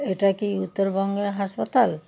এটা কি উত্তরবঙ্গের হাসপাতাল